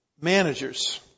managers